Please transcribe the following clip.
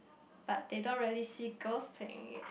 but they don't really see girls playing it